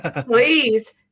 please